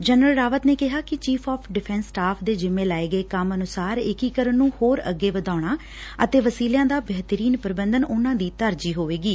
general Rawat ਨੇ ਕਿਹਾ ਕਿ ਚੀਫ਼ ਆਫ਼ ਡਿੱਫੈਂਸ ਸਟਾਫ਼ ਦੇ ਜਿੰਮੇ ਲਾਏ ਗਏ ਕੰਮ ਅਨੁਸਾਰ ਏਕੀਕਰਨ ਨੂੰ ਹੋਰ ਅੱਗੇ ਵਧਾਉਣਾ ਅਤੇ ਵਸੀਲਿਆ ਦਾ ਬਿਹਤਰ ਪ੍ਰਬੰਧਨ ਉਨੁਾਂ ਦੀ ਤਰਜੀਹ ਹੋਵੇਗੀ